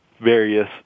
various